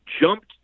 jumped